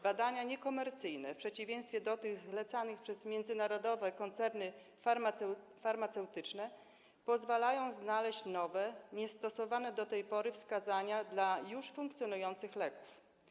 Badania niekomercyjne w przeciwieństwie do tych zlecanych przez międzynarodowe koncerny farmaceutyczne pozwalają znaleźć nowe, niestosowane do tej pory wskazania w przypadku już funkcjonujących leków.